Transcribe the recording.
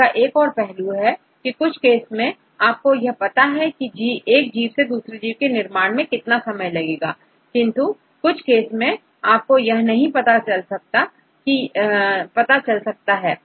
इसका एक और पहलू है कि कुछ केस में आपको यह पता है की एक जीव से दूसरे जीव के निर्माण में कितना समय लगा पिंटू कुछ केस में आपको यह नहीं पता है